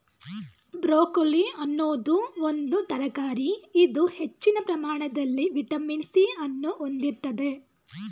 broccoli ಅನ್ನೋದು ಒಂದು ತರಕಾರಿ ಇದು ಹೆಚ್ಚಿನ ಪ್ರಮಾಣದಲ್ಲಿ ವಿಟಮಿನ್ ಸಿ ಅನ್ನು ಹೊಂದಿರ್ತದೆ